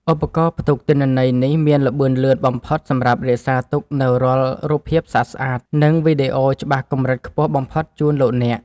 ឧបករណ៍ផ្ទុកទិន្នន័យនេះមានល្បឿនលឿនបំផុតសម្រាប់រក្សាទុកនូវរាល់រូបភាពស្អាតៗ និង វីដេអូច្បាស់កម្រិតខ្ពស់បំផុតជូនលោកអ្នក។